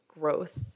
growth